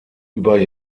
über